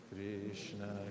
Krishna